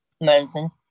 Medicine